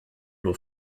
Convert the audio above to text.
nur